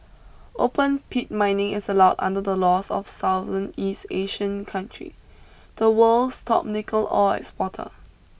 open pit mining is allowed under the laws of Southern east Asian country the world's top nickel ore exporter